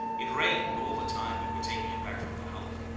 it rained all the time we were taking it back from the hulk,